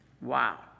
Wow